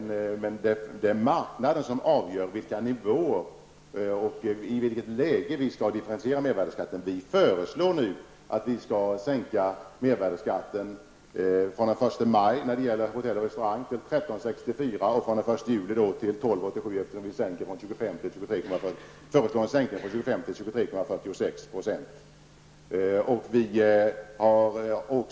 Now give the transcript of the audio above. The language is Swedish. Det är marknaden som avgör nivåerna och i vilket läge vi skall differentiera mervärdeskatten. Vi föreslår nu att mervärdeskatten från den 1 maj skall sänkas för hotell och restauranger till 13,64 %. Från den 1 juli skall den sänkas till 12,87 %. Vi föreslår också en allmän sänkning från 25 % till 23,46 %.